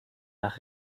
nach